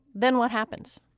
then what happens?